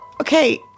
okay